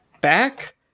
back